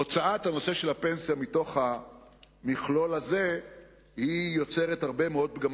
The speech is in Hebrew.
הוצאת הנושא של הפנסיה מתוך המכלול הזה יוצרת הרבה מאוד פגמים.